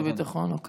חוץ וביטחון, אוקיי.